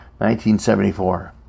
1974